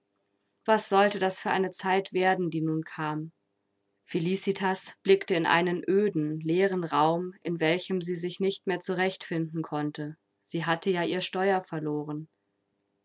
was sollte das für eine zeit werden die nun kam felicitas blickte in einen öden leeren raum in welchem sie sich nicht mehr zurechtfinden konnte sie hatte ja ihr steuer verloren